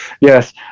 Yes